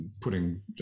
putting